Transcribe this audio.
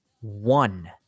one